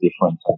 different